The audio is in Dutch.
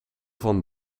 van